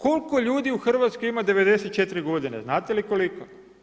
Koliko ljudi u Hrvatskoj ima 94 godine, znate li koliko?